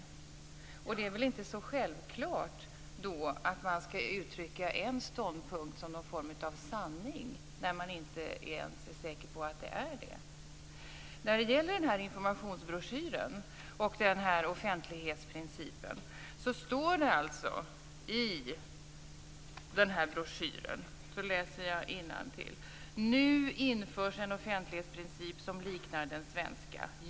Då är det väl inte så självklart att man skall uttrycka en ståndpunkt som någon form av sanning, när man inte ens är säker på att det är det. I den här informationsbroschyren står det så här om offentlighetsprincipen, jag läser innantill: Nu införs en offentlighetsprincip som liknar den svenska.